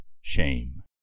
shame